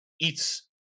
eats